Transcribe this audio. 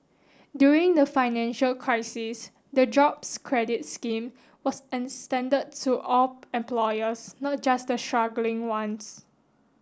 during the financial crisis the Jobs Credit scheme was extended to all employers not just the struggling ones